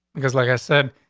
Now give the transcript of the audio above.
because, like i said,